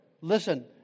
Listen